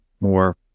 more